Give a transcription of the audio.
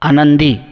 आनंदी